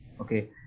okay